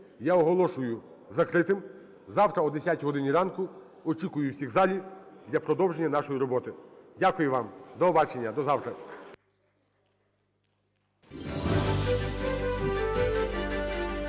я оголошую закритим. Завтра о 10 годині ранку очікую всіх у залі для продовження нашої роботи. Дякую вам. До побачення. До завтра.